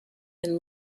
been